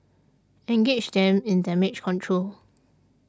engage them in damage control